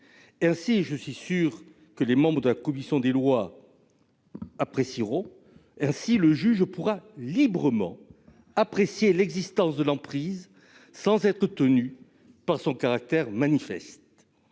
Ainsi- je suis sûr que les membres de la commission des lois apprécieront -, le juge pourra librement apprécier l'existence de l'emprise, sans être tenu par son caractère manifeste.